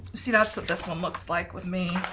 see, that's what this one looks like with me.